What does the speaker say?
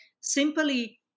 simply